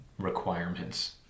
requirements